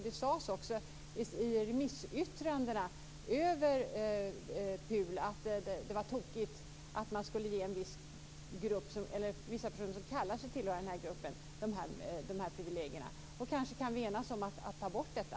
Det sades också i remissyttrandena över PUL att det var tokigt att man skulle ge vissa personer som säger sig tillhöra dessa grupper de här privilegierna. Kanske kan vi ena oss om att ta bort detta.